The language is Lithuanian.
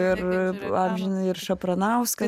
ir amžiną ir šapranauską